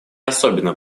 особенно